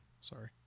sorry